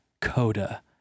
Coda